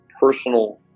personal